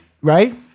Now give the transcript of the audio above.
right